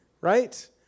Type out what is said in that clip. Right